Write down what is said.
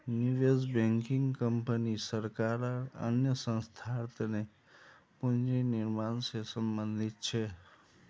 निवेश banking company सरकार आर अन्य संस्थार तने पूंजी निर्माण से संबंधित छे